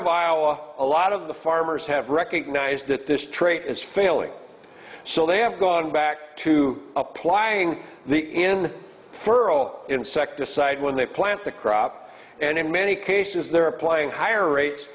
of iowa a lot of the farmers have recognized that this trait is failing so they have gone back to applying the in furrow insecticide when they plant the crop and in many cases they're applying higher rates